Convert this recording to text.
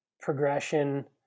progression